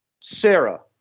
Sarah